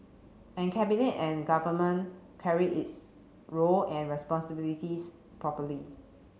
and cabinet and government carried its role and responsibilities properly